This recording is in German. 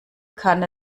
kann